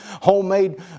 homemade